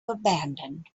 abandon